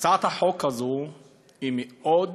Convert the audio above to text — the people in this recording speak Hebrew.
הצעת החוק הזאת היא מאוד